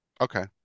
Okay